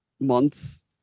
months